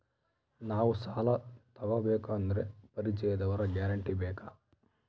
ನಾವು ಸಾಲ ತೋಗಬೇಕು ಅಂದರೆ ಪರಿಚಯದವರ ಗ್ಯಾರಂಟಿ ಬೇಕಾ?